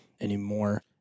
anymore